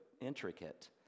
intricate